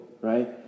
right